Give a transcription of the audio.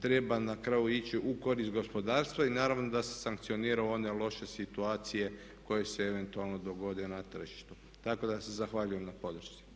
treba na kraju ići u korist gospodarstva i naravno da se sankcioniraju one loše situacije koje se eventualno dogode na tržištu. Tako da se zahvaljujem na podršci.